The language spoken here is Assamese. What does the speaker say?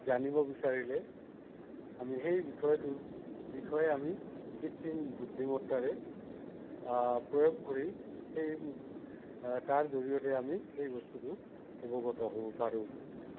জানিব বিচাৰিলে আমি সেই বিষয়টো বিষয়ে আমি কৃত্ৰিম বুদ্ধিমত্তাৰে প্ৰয়োগ কৰি সেই তাৰ জৰিয়তে আমি সেই বস্তুটো অৱগত হ'ব পাৰোঁ